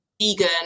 vegan